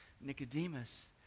Nicodemus